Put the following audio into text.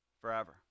forever